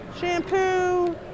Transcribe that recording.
shampoo